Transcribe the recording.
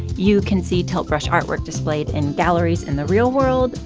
you can see tilt brush artwork displayed in galleries in the real world,